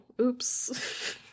oops